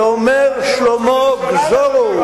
ואומר שלמה: גזורו.